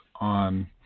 on